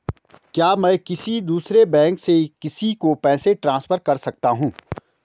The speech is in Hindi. क्या मैं किसी दूसरे बैंक से किसी को पैसे ट्रांसफर कर सकता हूँ?